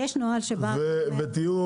ותהיו